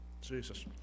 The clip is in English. Jesus